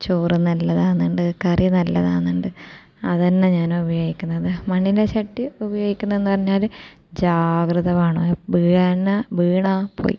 ചോറ് നല്ലതാവുന്നുണ്ട് കറി നല്ലതാവുന്നുണ്ട് അത് തന്നെ ഞാൻ ഉപയോഗിക്കുന്നത് മണ്ണിൻ്റെ ചട്ടി ഉപയോഗിക്കുന്നതെന്ന് പറഞ്ഞാൽ ജാഗൃതമാണ് വീഴണ വീണാൽ പോയി